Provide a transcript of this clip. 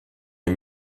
les